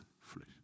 flesh